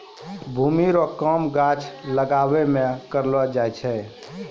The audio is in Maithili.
भूमि रो काम गाछ लागाबै मे करलो जाय छै